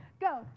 Go